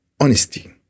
Honesty